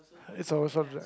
it's old subject